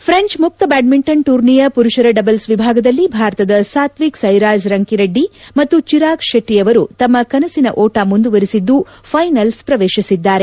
head French ಮುಕ್ತ badminton ಟೂರ್ನಿಯ ಮರುಷರ ಡಬಲ್ಸ್ ವಿಭಾಗದಲ್ಲಿ ಭಾರತದ ಸಾತ್ವಿಕ್ ಸೈರಾಜ್ ರಂಕಿ ರೆಡ್ಡಿ ಮತ್ತು ಚಿರಾಗ್ ಶೆಟ್ಟ ಅವರು ತಮ್ಮ ಕನಸಿನ ಓಟ ಮುಂದುವರಿಸಿದ್ದು ಫೈನಲ್ಸ್ ಪ್ರವೇಶಿಸಿದ್ದಾರೆ